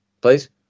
please